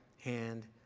hand